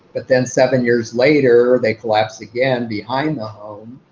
but then seven years later, they collapsed again behind the home,